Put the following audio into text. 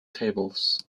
tables